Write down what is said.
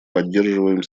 поддерживаем